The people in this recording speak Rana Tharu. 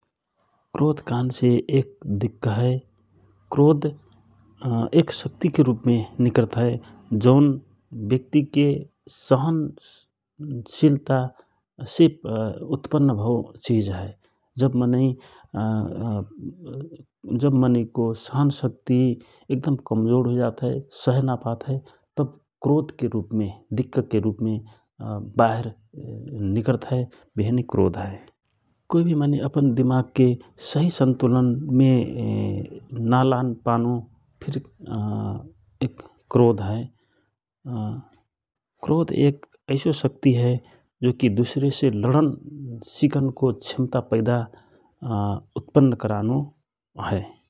क्रोध कहनसे दिक्क हए, क्रोध एक शक्तिके रूपमे निकरत हए जौन ब्यक्तिके सहन सिलतासे उत्पन्न भव चिज हए । जब मनै को सहन सक्ति एकदम कमजोर हुइजात हए सहेना पातहए तव क्रोधके रूपमे दिक्कके रूपमे बाहेर निकरत हए बहे नै क्रोध हए । कोइ भि मनै अपन दिमागके सहि सन्तुलन मे ना लान पानो फिर एक क्रोध हए । क्रोध एक एेसो शक्ति हए जो कि दुसरे से लडन सिकनको क्षमता पैदा उत्पन्न कराना हए ।